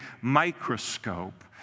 microscope